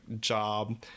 job